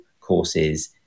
courses